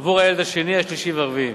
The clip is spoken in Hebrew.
עבור הילד השני, השלישי והרביעי.